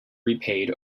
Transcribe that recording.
repaid